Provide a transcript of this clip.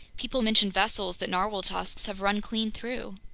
people mention vessels that narwhale tusks have run clean through.